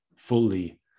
fully